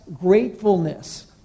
gratefulness